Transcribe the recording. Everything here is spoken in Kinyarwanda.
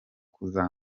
kuza